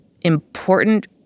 important